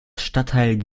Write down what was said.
stadtteil